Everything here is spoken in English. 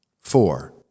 Four